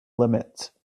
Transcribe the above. limit